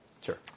sure